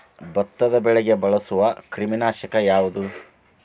ಭತ್ತದ ಬೆಳೆಗೆ ಬಳಸುವ ಕ್ರಿಮಿ ನಾಶಕ ಯಾವುದು?